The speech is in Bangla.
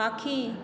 পাখি